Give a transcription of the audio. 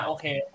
Okay